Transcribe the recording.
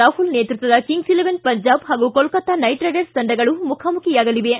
ರಾಹುಲ್ ನೇತೃತ್ವದ Kings Eleven Punjab ಹಾಗೂ Kolkata Knight Riders ತಂಡಗಳು ಮುಖಾಮುಖಿಯಾಗಲಿವೆ